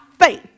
faith